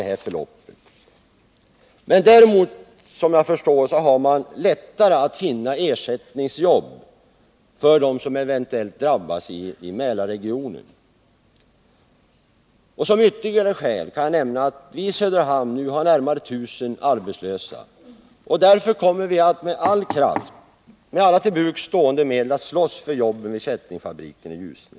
Däremot har man, såvitt jag förstår, lättare att finna ersättningsjobb för dem som eventuellt drabbas i Mälarregionen. Som ytterligare skäl för att behålla fabriken i Ljusne kan man nämna att vi nu har närmare 1 000 arbetslösa. Därför kommer vi att med alla till buds stående medel slåss för jobben vid kättingfabriken i Ljusne.